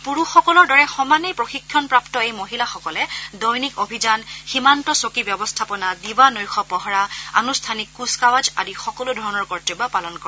পুৰুষসকলৰ দৰে সমানে প্ৰশিক্ষণপ্ৰাপ্ত এই মহিলাসকলে দৈনিক অভিযান সীমান্ত চকী ব্যৱস্থাপনা দিৱা নৈশ পহৰা আনুষ্ঠানিক কুচকাৱাজ আদি সকলোধৰণৰ কৰ্তব্য পালন কৰে